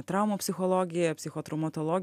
traumų psichologija psichotraumatolo